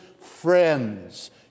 friends